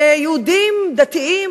יהודים דתיים,